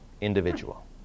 individual